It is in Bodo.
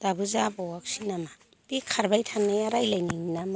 दाबो जाबावखैसै नामा बे खारबाय थानाय रायज्लायनायनि ना मा